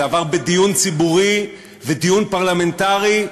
זה עבר בדיון ציבורי ודיון פרלמנטרי.